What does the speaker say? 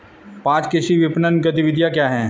पाँच कृषि विपणन गतिविधियाँ क्या हैं?